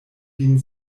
vin